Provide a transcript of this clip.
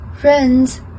Friends